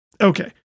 Okay